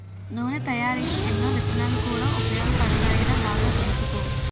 నూనె తయారికీ ఎన్నో విత్తనాలు కూడా ఉపయోగపడతాయిరా బాగా తెలుసుకో